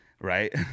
right